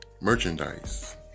merchandise